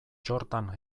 txortan